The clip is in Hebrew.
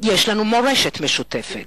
יש לנו מורשת משותפת.